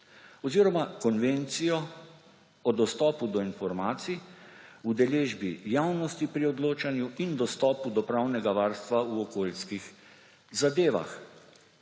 oziroma Konvencijo o dostopu do informacij, udeležbi javnosti pri odločanju in dostopu do pravnega varstva v okoljskih zadevah.